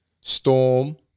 storm